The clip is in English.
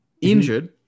injured